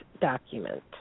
document